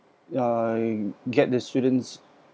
err get the students